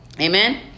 Amen